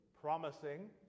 promising